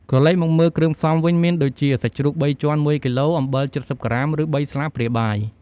ក្រឡេកមកមើលគ្រឿងផ្សំវិញ មានដូចជា សាច់ជ្រូកបីជាន់ ១គីឡូ អំបិល ៧០ក្រាម ឬ ៣ស្លាបព្រាបាយ។